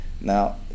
Now